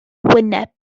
wyneb